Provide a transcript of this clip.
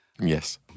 Yes